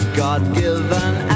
god-given